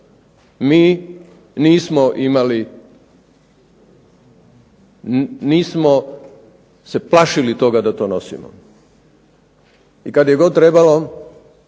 nismo se plašili toga da to nosimo. I kad je god trebalo